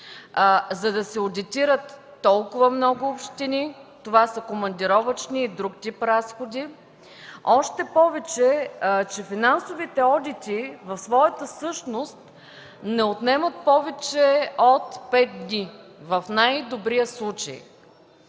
за да се одитират толкова много общини – това са командировъчни и друг тип разходи, още повече че финансовите одити в своята същност не отнемат повече от пет дни, в най-добрия случай?